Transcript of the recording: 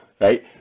right